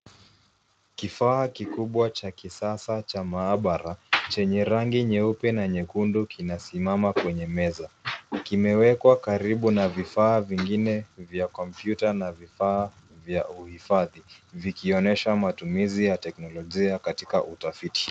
Kifaa kikubwa cha kisasa cha maabara, chenye rangi nyeupe na nyekundu, kinasimama kwenye meza. Kimewekwa karibu na vifaa vingine vya kompyuta na vifaa vya uhifadhi, vikionesha matumizi ya teknolojia katika utafiti.